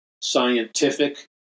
scientific